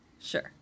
Sure